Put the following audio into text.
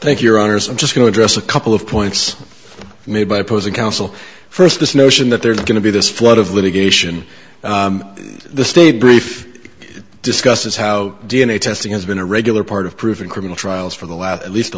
thank your honour's i'm just going to dress a couple of points made by opposing counsel first this notion that there's going to be this flood of litigation the state brief discusses how d n a testing has been a regular part of proven criminal trials for the last at least the